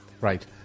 Right